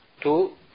two